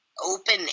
open